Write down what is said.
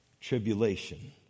tribulation